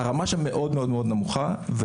מאוד מאוד נמוכה,